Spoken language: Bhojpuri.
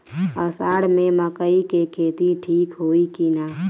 अषाढ़ मे मकई के खेती ठीक होई कि ना?